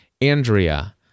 Andrea